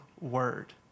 word